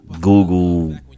Google